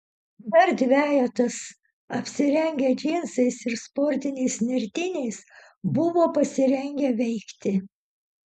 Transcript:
dar dvejetas apsirengę džinsais ir sportiniais nertiniais buvo pasirengę veikti